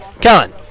Kellen